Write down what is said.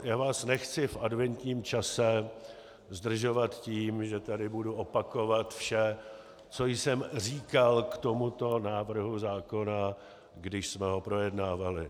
Já vás nechci v adventním čase zdržovat tím, že tady budu opakovat vše, co jsem říkal k tomuto návrhu zákona, když jsme ho projednávali.